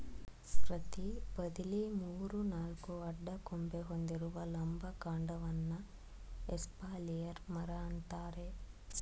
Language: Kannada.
ಪ್ರತಿ ಬದಿಲಿ ಮೂರು ನಾಲ್ಕು ಅಡ್ಡ ಕೊಂಬೆ ಹೊಂದಿರುವ ಲಂಬ ಕಾಂಡವನ್ನ ಎಸ್ಪಾಲಿಯರ್ ಮರ ಅಂತಾರೆ